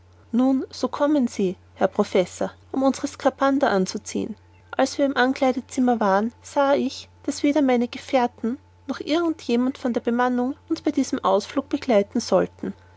nun so kommen sie herr professor um unsere skaphander anzuziehen als wir im ankleidezimmer waren sah ich daß weder meine gefährten noch irgend jemand von der bemannung uns bei diesem ausflug begleiten sollten